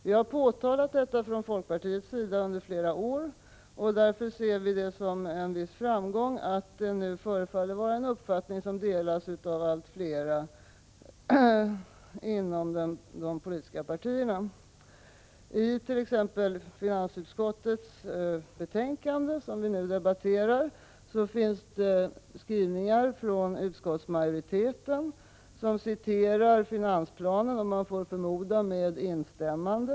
Folkpartiet har påtalat detta under flera år, och därför ser vi det som en viss framgång att det nu förefaller vara en uppfattning som delas av allt fler inom de politiska partierna. I finansutskottets betänkande, som vi nu debatterar, citerar utskottsmajoriteten ur finansplanen — och man får förmoda med instämmande.